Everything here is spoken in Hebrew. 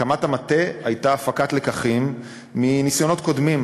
הקמת המטה הייתה הפקת לקחים מניסיונות קודמים.